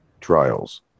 trials